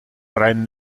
rhein